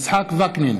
יצחק וקנין,